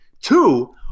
Two